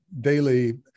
daily